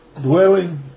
dwelling